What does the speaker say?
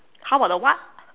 how about the what